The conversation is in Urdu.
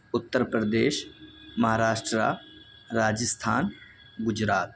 اتر پردیش مہاراشٹر راجستھان گجرات